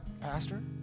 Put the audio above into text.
Pastor